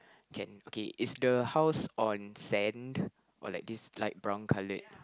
can okay is the house on sand or like this light brown coloured